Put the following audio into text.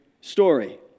story